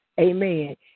amen